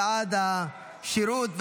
בעד השירות,